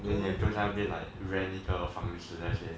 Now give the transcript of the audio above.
then like 你住在那边 like rent 一个房子那些